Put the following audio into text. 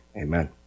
Amen